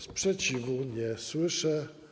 Sprzeciwu nie słyszę.